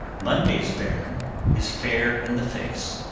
monday's bairn is fair in the face,